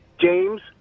James